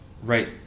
Right